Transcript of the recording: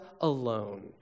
alone